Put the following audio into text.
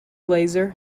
laser